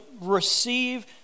receive